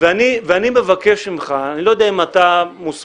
ואני מבקש ממך, אני לא יודע אם אתה מוסמך